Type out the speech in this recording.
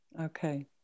okay